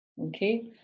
Okay